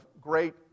great